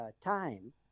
time